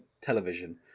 television